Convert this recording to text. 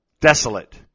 Desolate